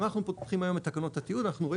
אם אנחנו פותחים היום את תקנון הטיעון אנחנו רואים